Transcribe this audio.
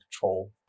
control